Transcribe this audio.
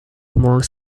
more